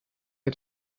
had